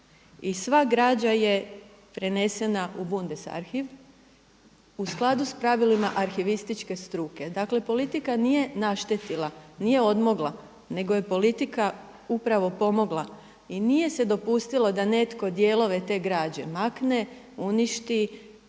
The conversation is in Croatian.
sva građa je prenesena u Bundes arhiv u skladu s pravilima arhivističke struke. Dakle, politika nije naštetila, nije odmogla, nego je politika upravo pomogla i nije se dopustilo da netko dijelove te građe makne, uništi,